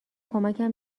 کمکم